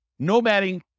nomading